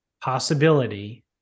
possibility